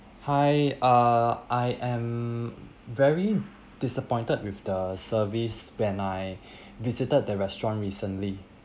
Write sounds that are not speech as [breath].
hi uh I am very disappointed with the service when I [breath] visited the restaurant recently